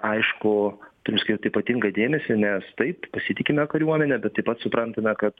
aišku turim skirt ypatingą dėmesį nes taip pasitikime kariuomene bet taip pat suprantame kad